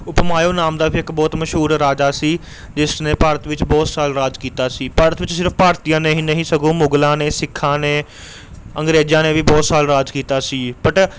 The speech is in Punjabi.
ਉਪਮਾਇਓ ਨਾਮ ਦਾ ਵੀ ਇੱਕ ਬਹੁਤ ਮਸ਼ਹੂਰ ਰਾਜਾ ਸੀ ਜਿਸ ਨੇ ਭਾਰਤ ਵਿੱਚ ਬਹੁਤ ਸਾਲ ਰਾਜ ਕੀਤਾ ਸੀ ਭਾਰਤ ਵਿੱਚ ਸਿਰਫ ਭਾਰਤੀਆਂ ਨੇ ਹੀ ਨਹੀਂ ਸਗੋਂ ਮੁਗਲਾਂ ਨੇ ਸਿੱਖਾਂ ਨੇ ਅੰਗਰੇਜ਼ਾਂ ਨੇ ਵੀ ਬਹੁਤ ਸਾਲ ਰਾਜ ਕੀਤਾ ਸੀ ਬਟ